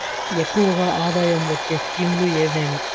ఎక్కువగా ఆదాయం వచ్చే స్కీమ్ లు ఏమేమీ?